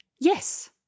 Yes